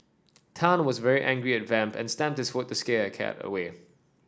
Tan was very angry at Vamp and stamped this foot to scare a cat away